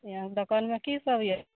अहाँके दोकानमे कि सब यऽ